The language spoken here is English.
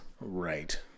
Right